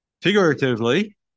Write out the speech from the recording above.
figuratively